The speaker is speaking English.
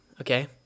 Okay